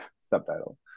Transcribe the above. subtitle